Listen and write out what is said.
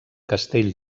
castell